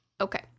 Okay